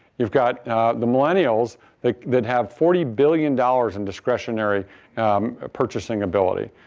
you've got the millennials that that have forty billion dollars in discretionary purchasing ability.